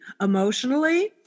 emotionally